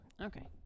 Okay